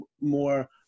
more